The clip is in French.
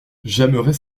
j’aimerais